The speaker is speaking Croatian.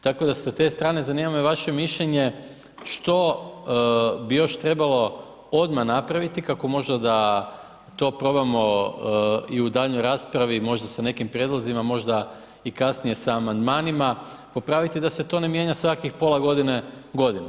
Tako da sa te strane zanima me vaše mišljenje, što bi još trebalo odmah napraviti kako možda da to probamo i u daljnjoj raspravi i možda sa nekim prijedlozima, možda kasnije i sa amandmanima popraviti da se to ne mijenja svakih pola godine, godinu.